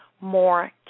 more